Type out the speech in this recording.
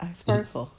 sparkle